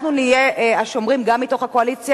אנחנו נהיה השומרים גם מתוך הקואליציה,